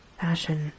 fashion